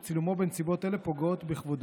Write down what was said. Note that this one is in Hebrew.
וצילומו בנסיבות אלה פוגעות בכבודו.